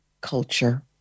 culture